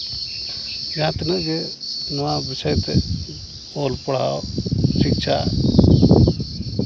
ᱡᱟᱦᱟᱸ ᱛᱤᱱᱟᱹᱜ ᱜᱮ ᱱᱚᱣᱟ ᱵᱤᱥᱚᱭ ᱛᱮ ᱚᱞ ᱯᱟᱲᱦᱟᱣ ᱥᱤᱪᱪᱷᱟ